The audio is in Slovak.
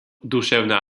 duševná